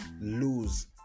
lose